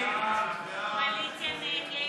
ההסתייגות